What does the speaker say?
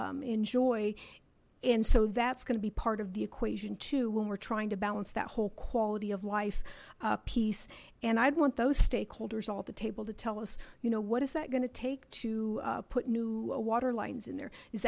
enjoy and so that's gonna be part of the equation too when we're trying to balance that whole quality of life piece and i'd want those stakeholders all the table to tell us you know what is that going to take to put new water lines in there is